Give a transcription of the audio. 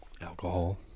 alcohol